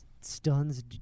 stuns